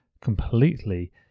completely